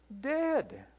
dead